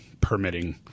permitting